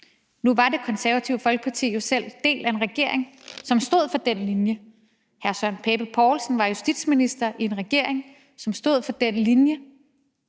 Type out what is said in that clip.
Nu var Det Konservative Folkeparti jo selv en del af en regering, som stod for den linje. Hr. Søren Pape Poulsen var justitsminister i en regering, som stod for den linje,